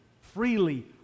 freely